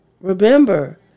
remember